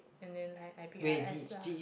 and then I I beat her ass lah